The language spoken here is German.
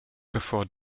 bevor